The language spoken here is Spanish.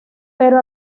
pero